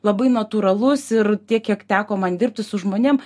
labai natūralus ir tiek kiek teko man dirbti su žmonėm